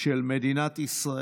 נמנע אחד.